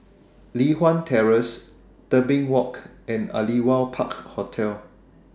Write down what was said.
Li Hwan Terrace Tebing Walk and Aliwal Park Hotel